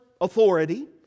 authority